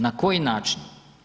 Na koji način?